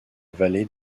vallée